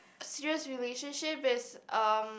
serious relationship is um